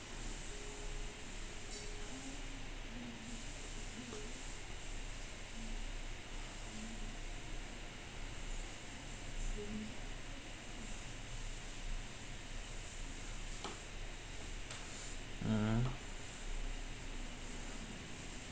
mm